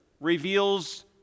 reveals